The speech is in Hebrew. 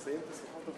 תשע"ד,